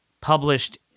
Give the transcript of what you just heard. published